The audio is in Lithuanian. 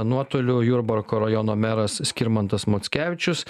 nuotoliu jurbarko rajono meras skirmantas mockevičius